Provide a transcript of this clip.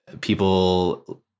people